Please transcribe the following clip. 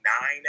nine